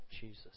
Jesus